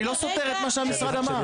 אני לא סותר את מה שהמשרד אמר.